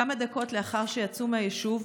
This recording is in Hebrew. כמה דקות לאחר שיצאו מהיישוב,